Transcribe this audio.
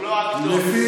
נכון.